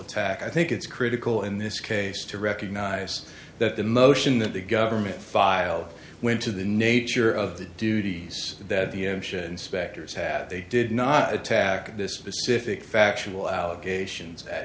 attack i think it's critical in this case to recognize that the motion that the government filed went to the nature of the duties that the inspectors had they did not attack this specific factual allegations